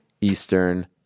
Eastern